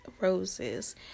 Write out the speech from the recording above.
roses